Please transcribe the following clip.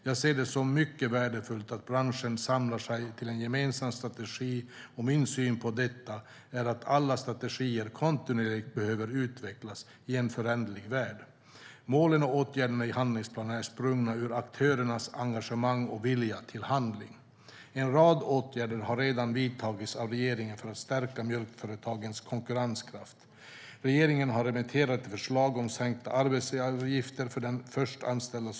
Jag ser det som mycket värdefullt att branschen samlar sig till en gemensam strategi, och min syn på detta är att alla strategier kontinuerligt behöver utvecklas i en föränderlig värld. Målen och åtgärderna i handlingsplanen är sprungna ur aktörernas engagemang och vilja till handling. En rad åtgärder har redan vidtagits av regeringen för att stärka mjölkföretagens konkurrenskraft. Regeringen har remitterat ett förslag om sänkta arbetsgivaravgifter för den första anställda.